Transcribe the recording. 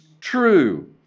true